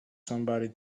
somebody